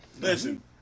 Listen